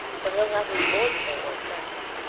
for he'll have his board to pay at white sands,